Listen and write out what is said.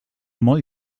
molt